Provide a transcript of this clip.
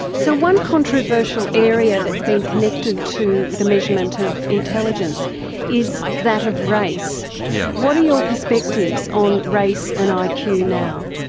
so one controversial area that's been connected to the measurement of intelligence is that of race yeah what are your perspectives on race and um like iq now?